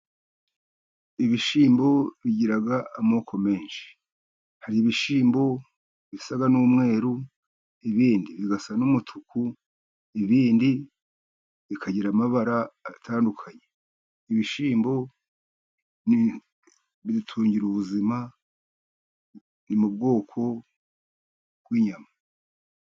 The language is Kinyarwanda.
Ibishyimbo bigira amoko menshi. Hari ibishyimbo bisa n'umweru, ibindi bigasa n'umutuku, ibindi bikagira amabara atandukanye. Ibishyimbo bidutungira ubuzima, ni mu bwoko bw'inyama.